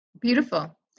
Beautiful